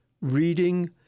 reading